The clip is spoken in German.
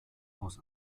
aus